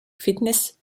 fitness